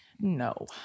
No